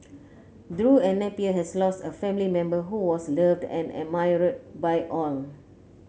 Drew and Napier has lost a family member who was loved and admired by all